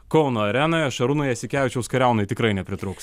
kauno arenoje šarūno jasikevičiaus kariaunai tikrai nepritrūks